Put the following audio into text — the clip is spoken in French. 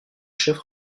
chef